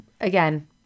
again